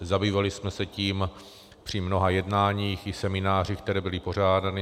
Zabývali jsme se tím při mnoha jednáních i seminářích, které byly pořádány.